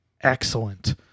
excellent